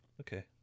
okay